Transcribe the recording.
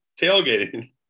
tailgating